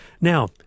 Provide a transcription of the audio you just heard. Now